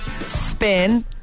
spin